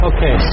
Okay